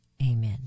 Amen